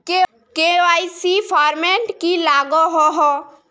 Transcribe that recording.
KYC format की लागोहो?